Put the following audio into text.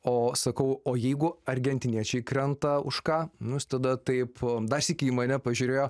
o sakau o jeigu argentiniečiai krenta už ką nu jis tada taip dar sykį į mane pažiūrėjo